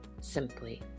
simply